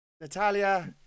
Natalia